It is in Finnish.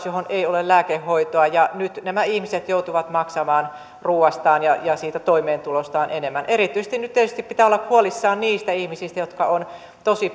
johon ei ole lääkehoitoa ja nyt nämä ihmiset joutuvat maksamaan ruoastaan ja siitä toimeentulostaan enemmän erityisesti nyt pitää olla tietysti huolissaan niistä ihmisistä jotka ovat tosi